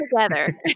together